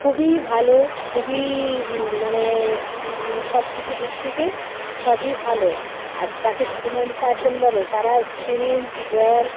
খুবই ভালো খুবই মানে সব কিছু দিক থেকে সবই ভালো আর তাকে ভেটেরিনারি সার্জেন বলে তারা সিরিঞ্জ জল